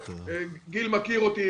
גיל מכיר אותי,